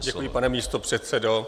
Děkuji, pane místopředsedo.